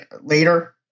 later